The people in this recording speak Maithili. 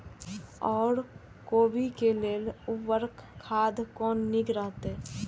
ओर कोबी के लेल उर्वरक खाद कोन नीक रहैत?